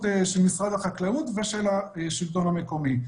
של משרד החקלאות ושל השלטון המקומי.